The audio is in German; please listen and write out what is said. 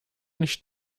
nicht